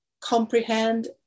comprehend